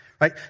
Right